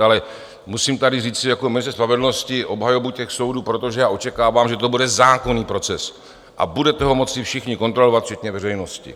Ale musím tady říci jako ministr spravedlnosti obhajobu soudů, protože já očekávám, že to bude zákonný proces, a budete ho moci všichni kontrolovat, včetně veřejnosti.